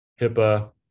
HIPAA